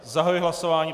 Zahajuji hlasování.